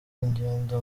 ingendo